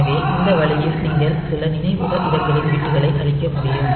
எனவே இந்த வழியில் நீங்கள் சில நினைவக இடங்களின் பிட்களை அழிக்க முடியும்